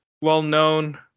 well-known